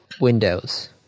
Windows